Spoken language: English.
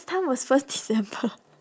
time was first december